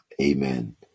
Amen